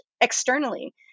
externally